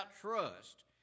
trust